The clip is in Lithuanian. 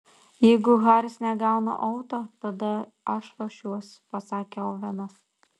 jeigu haris negauna auto tada aš ruošiuosi pasakė ovenas